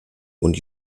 und